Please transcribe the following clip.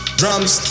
drums